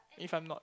if I'm not